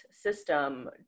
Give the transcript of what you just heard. system